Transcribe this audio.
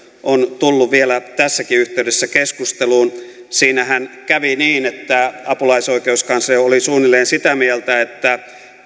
on tullut vielä tässäkin yhteydessä keskusteluun siinähän kävi niin että apulaisoikeuskansleri oli suunnilleen sitä mieltä että